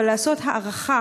ולעשות הערכה